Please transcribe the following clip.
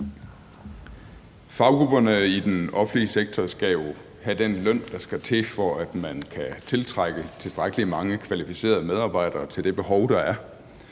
Faggrupperne i den offentlige sektor skal jo have den løn, der skal til, for at man kan tiltrække tilstrækkelig mange kvalificerede medarbejdere til det behov, der er,